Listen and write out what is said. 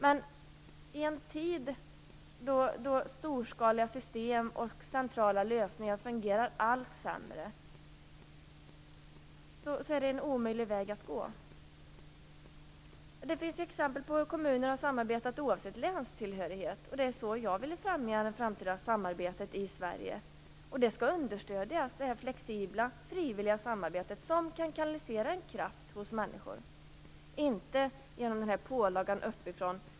Men i en tid då storskaliga system och centrala lösningar fungerar allt sämre, är detta en omöjlig väg att gå. Det finns exempel på kommuner som har samarbetat oavsett länstillhörighet. Det är så jag vill se det framtida samarbetet i Sverige. Det flexibla, frivilliga samarbetet skall understödja. Det kan kanalisera en kraft hos människor. Det skall inte vara någon pålaga uppifrån.